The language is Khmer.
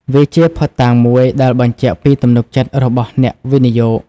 វាជាភស្តុតាងមួយដែលបញ្ជាក់ពីទំនុកចិត្តរបស់អ្នកវិនិយោគ។